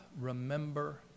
remember